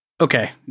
Okay